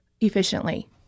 efficiently